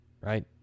right